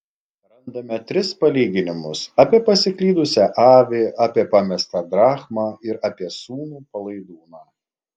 randame tris palyginimus apie pasiklydusią avį apie pamestą drachmą ir apie sūnų palaidūną